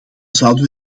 zouden